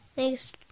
Thanks